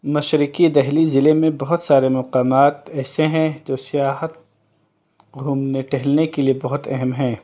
مشرقی دہلی ضلع میں بہت سارے مقامات ایسے ہیں جو سیاحت گھومنے ٹہلنے کے لیے بہت اہم ہیں